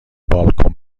بالکن